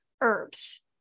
herbs